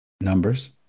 numbers